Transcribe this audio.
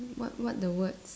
what what the words